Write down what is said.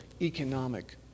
economic